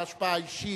השפעה אישית,